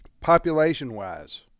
population-wise